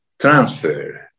transfer